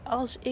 als